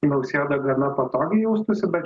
nausėda gana patogiai jaustųsi bet